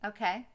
Okay